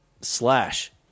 Slash